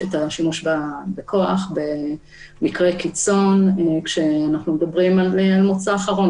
בכוח במקרה קיצון וכמוצא אחרון,